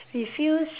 refuse